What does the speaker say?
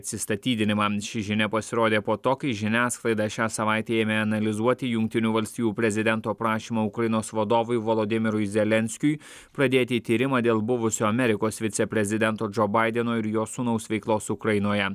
atsistatydinimą ši žinia pasirodė po to kai žiniasklaida šią savaitę ėmė analizuoti jungtinių valstijų prezidento prašymą ukrainos vadovui volodymyrui zelenskiui pradėti tyrimą dėl buvusio amerikos viceprezidento džo baideno ir jo sūnaus veiklos ukrainoje